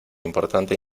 importante